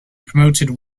promoted